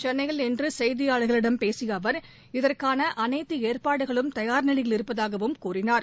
சென்னையில் இன்ற செய்திபாளர்களிடம் பேசிய அவர் இதற்கான அனைத்த ஏற்பாடுகளும் தயார் நிலையில் இருப்பதாகவும் தெரிவித்தார்